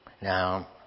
Now